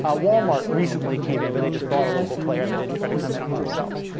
ah walmart recently came in, but they just bought a local player. they didn't try to come in on themselves.